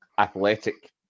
Athletic